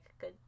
good